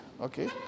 Okay